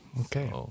Okay